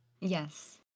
yes